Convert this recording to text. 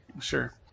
sure